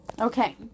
Okay